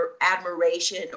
admiration